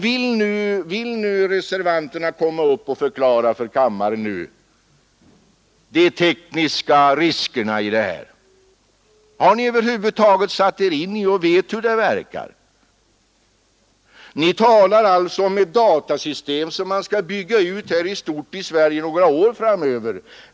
Vill nu reservanterna komma upp och förklara för kammaren de tekniska riskerna med det nya systemet? Har ni över huvud taget satt er in i det så att ni vet hur det verkar? Ni talar om ett datasystem som man skall bygga ut i Sverige några år framöver.